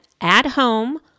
at-home